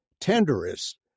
tenderest